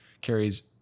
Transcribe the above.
carries